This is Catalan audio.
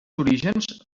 orígens